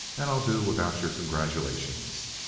and i'll do without your congratulations.